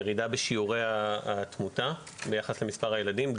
ירידה בשיעורי התמותה ביחד למספר הילדים.